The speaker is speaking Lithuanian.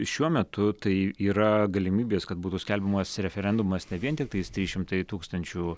šiuo metu tai yra galimybės kad būtų skelbiamas referendumas ne vien tik tais trys šimtai tūkstančių